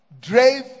drave